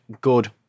good